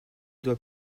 doit